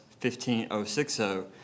15060